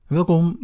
Welkom